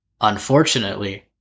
unfortunately